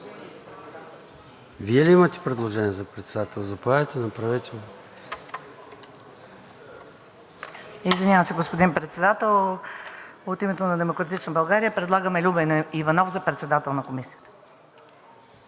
Вие ли имате предложение за председател? Заповядайте, направете го. АЛБЕНА ВЪРБАНОВА (ДБ): Извинявам се, господин Председател. От името на „Демократична България“ предлагаме Любен Иванов за председател на Комисията.